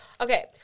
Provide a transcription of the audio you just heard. Okay